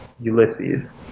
Ulysses